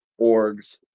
orgs